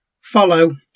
follow